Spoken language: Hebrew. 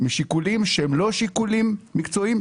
משיקולים שהם לא שיקולים מקצועיים,